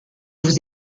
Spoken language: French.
vous